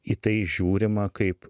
į tai žiūrima kaip